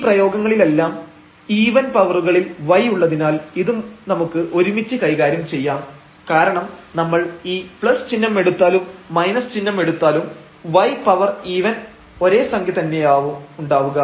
ഈ പ്രയോഗങ്ങളിലെല്ലാം ഈവൻ പവറുകളിൽ y ഉള്ളതിനാൽ ഇത് നമുക്ക് ഒരുമിച്ച് കൈകാര്യം ചെയ്യാം കാരണം നമ്മൾ ഈ ചിഹ്നം എടുത്താലും ചിഹ്നം എടുത്താലും y പവർ ഈവൻ ഒരേ സംഖ്യ തന്നെയാവും ഉണ്ടാവുക